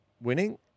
winning